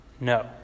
No